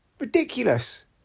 Ridiculous